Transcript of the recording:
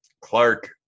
Clark